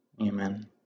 amen